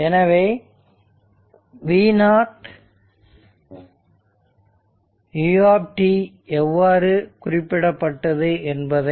எனவே v0 ut எவ்வாறு குறிப்பிடப்பட்டது என்பதை